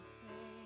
say